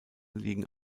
liegen